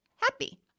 happy